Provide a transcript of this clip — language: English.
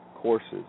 courses